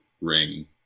ring